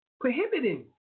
prohibiting